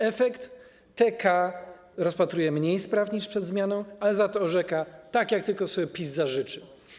Efekt: TK rozpatruje mniej spraw niż przed zmianą, ale za to orzeka tak, jak tylko sobie PiS zażyczy.